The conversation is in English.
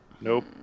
Nope